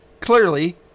clearly